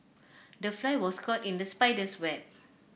the fly was caught in the spider's web